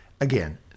again